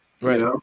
Right